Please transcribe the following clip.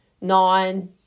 Nine